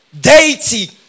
deity